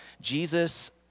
Jesus